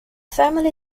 family